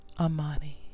Amani